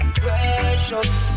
precious